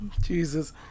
Jesus